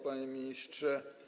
Panie Ministrze!